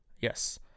Yes